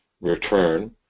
return